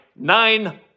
nine